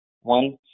one